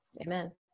Amen